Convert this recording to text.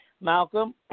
Malcolm